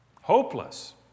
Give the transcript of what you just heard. Hopeless